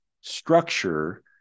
structure